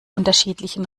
unterschiedlichen